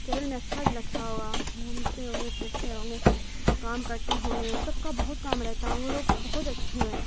کیرل میں اچھا بھی لگتا ہے ہوا گھومتے ہوں گے پھرتے ہوں گے کام کرتے ہوں گے وہ سب کا بہت کام رہتا ہے وہ لوگ بہت اچھے ہوئے